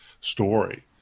story